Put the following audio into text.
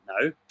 No